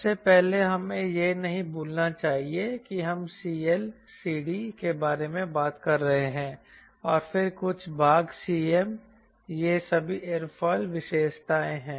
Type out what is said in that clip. सबसे पहले हमें यह नहीं भूलना चाहिए कि हम CL CD के बारे में बात कर रहे हैं और फिर कुछ भाग Cm ये सभी एयरोफिल विशेषताएं हैं